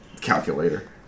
Calculator